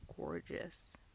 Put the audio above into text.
gorgeous